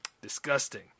disgusting